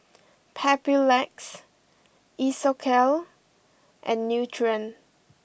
Papulex Isocal and Nutren